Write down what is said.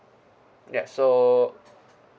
ya so